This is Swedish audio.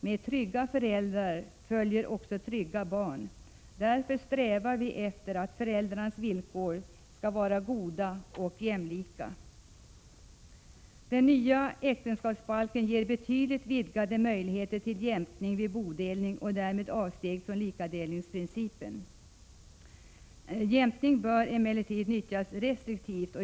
Med trygga föräldrar följer också trygga barn. Därför strävar vi efter att föräldrarnas villkor skall vara goda och jämlika. Den nya äktenskapsbalken ger betydligt vidgade möjligheter till jämkning vid bodelning och är därmed ett avsteg från likadelningsprincipen. Jämkning bör emellertid nyttjas restriktivt.